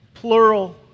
plural